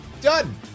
Done